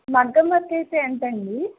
మగ్గం వర్క్ అయితే ఎంత అండీ